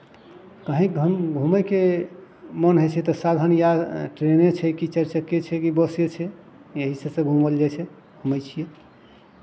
कहीं घूम घूमयके मोन होइ छै तऽ साधन इएह ट्रेने छै कि चारि चक्के छै कि बसे छै यही सभसँ घूमल जाइ छै घूमै छियै